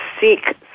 seek